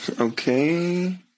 Okay